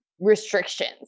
restrictions